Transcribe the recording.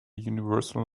universal